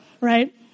right